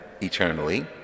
eternally